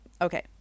Okay